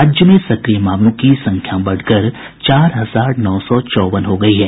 राज्य में सक्रिय मामलों की संख्या बढ़कर चार हजार नौ सौ चौवन हो गयी है